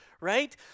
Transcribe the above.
right